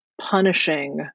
punishing